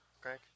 Greg